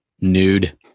Nude